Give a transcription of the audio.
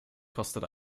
kostet